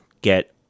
get